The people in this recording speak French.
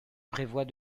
prévoit